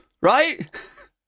right